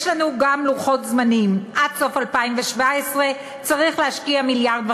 יש לנו גם לוחות זמנים: עד סוף 2017 צריך להשקיע 1.5 מיליארד.